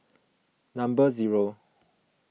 number zero